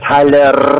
Tyler